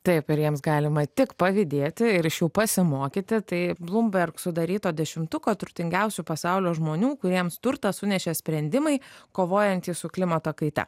taip ir jiems galima tik pavydėti ir iš jų pasimokyti tai blumberg sudaryto dešimtuko turtingiausių pasaulio žmonių kuriems turtą sunešė sprendimai kovojantys su klimato kaita